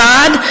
God